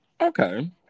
okay